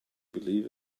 believe